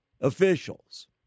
officials